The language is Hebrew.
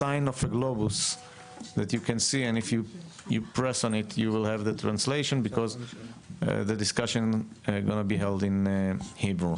אנחנו מקיימים דיון מיוחד בהשתתפות נציגי הקהילות היהודיות בתפוצות.